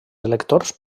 electors